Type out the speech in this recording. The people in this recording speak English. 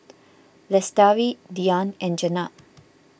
Lestari Dian and Jenab